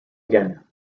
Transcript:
again